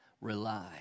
rely